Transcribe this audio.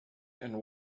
and